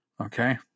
Okay